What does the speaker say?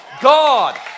God